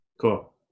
Cool